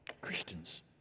Christians